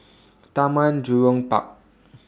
Taman Jurong Park